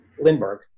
Lindbergh